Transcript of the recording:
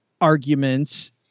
arguments